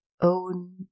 own